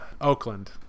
Oakland